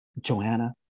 joanna